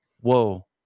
whoa